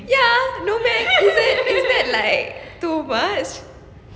ya not bad not bad is that like too much